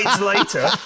later